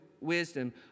wisdom